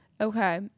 Okay